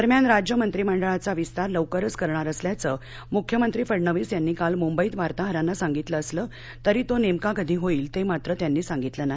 दरम्यान राज्यमंत्रीमंडळाचा विस्तार लवकरच करणार असल्याचं मुख्यमंत्री फडणविस यांनी काल मुंबईत वार्ताहरांना सांगितलं असलं तरी तो नेमका कधी होईल ते मात्र त्यांनी सांगितलं नाही